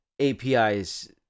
APIs